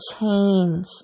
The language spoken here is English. change